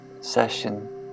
session